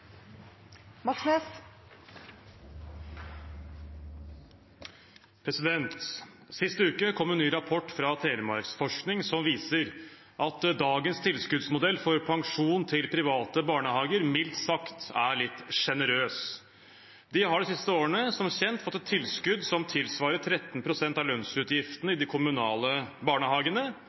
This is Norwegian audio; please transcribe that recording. viser at dagens tilskuddsmodell for pensjon til private barnehager mildt sagt er litt sjenerøs. De har de siste årene som kjent fått et tilskudd som tilsvarer 13 pst. av lønnsutgiftene i de kommunale barnehagene,